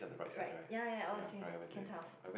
right ya ya all the same can tell